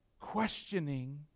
questioning